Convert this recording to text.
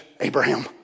Abraham